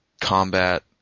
combat